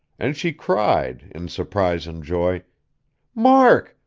and she cried, in surprise and joy mark!